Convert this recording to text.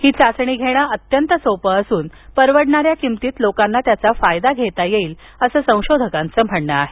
ही चाचणी घेणं अत्यंत सोपं असून परवडणाऱ्या किमतीत लोकांना त्याचा फायदा घेता येईल अस संशोधकांचं म्हणणं आहे